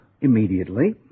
Immediately